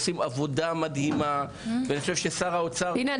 עושים עבודה מדהימה ואני חושב ששר האוצר --- הנה,